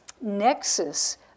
nexus